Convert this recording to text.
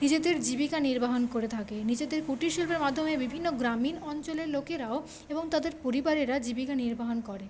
নিজেদের জীবিকা নির্বাহ করে থাকে নিজেদের কুটির শিল্পের মাধ্যমে বিভিন্ন গ্রামীণ অঞ্চলের লোকেরাও এবং তাদের পরিবারেরা জীবিকা নির্বাহ করে